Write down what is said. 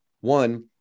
One